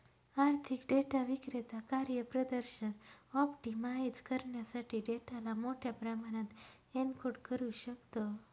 आर्थिक डेटा विक्रेता कार्यप्रदर्शन ऑप्टिमाइझ करण्यासाठी डेटाला मोठ्या प्रमाणात एन्कोड करू शकतो